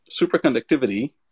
superconductivity